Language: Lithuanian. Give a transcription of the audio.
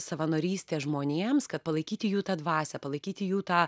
savanorystė žmonėms kad palaikyti jų tą dvasią palaikyti jų tą